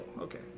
okay